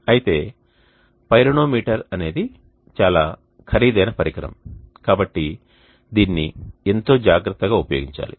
అయితే పైరోనోమీటర్ అనేది చాలా ఖరీదైన పరికరం కాబట్టి దీన్ని ఎంతో జాగ్రత్తగా ఉపయోగించాలి